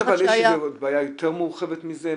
לכם שהיה --- אבל יש בעיה יותר מורחבת מזה,